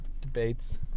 debates